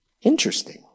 Interesting